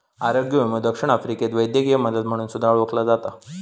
आरोग्य विमो दक्षिण आफ्रिकेत वैद्यकीय मदत म्हणून सुद्धा ओळखला जाता